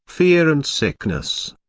fear and sickness.